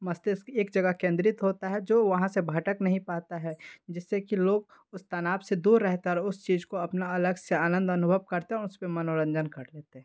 मस्तिष्क एक जगह केंद्रित होता है जो वहाँ से भटक नहीं पाता है जिससे कि लोग उस तनाव से दूर रह कर उस चीज़ को अपना अलग से आनंद अनुभव करतें हैं उस पे मनोरंजन कर लेते हैं